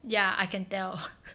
ya I can tell